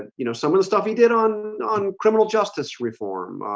you know some of the stuff he did on on criminal justice reform,